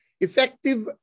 Effective